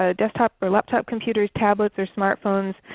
ah desktops, or laptops computers, tablets, or smart phones,